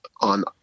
on